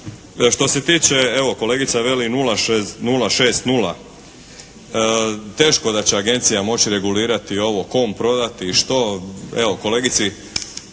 što se tiče, evo kolegica veli 06060. Teško da će agencija moći regulirati ovo, kom prodati, što? Evo, kolegici